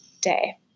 day